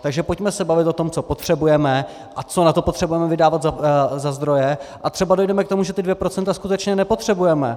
Takže pojďme se bavit o tom, co potřebujeme a co na to potřebujeme vydávat za zdroje, a třeba dojdeme k tomu, že ta 2 % skutečně nepotřebujeme.